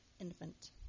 infant